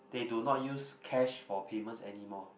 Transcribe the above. they do not use cash for payments anymore